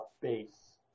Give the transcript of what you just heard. base